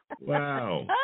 Wow